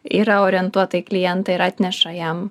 yra orientuota į klientą ir atneša jam